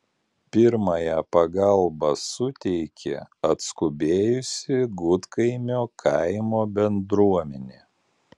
pirmąją pagalbą suteikė atskubėjusi gudkaimio kaimo bendruomenė